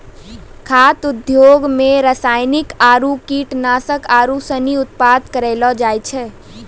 खाद्य उद्योग मे रासायनिक आरु कीटनाशक आरू सनी उत्पादन करलो जाय छै